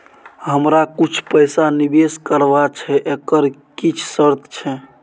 हमरा कुछ पैसा निवेश करबा छै एकर किछ शर्त छै?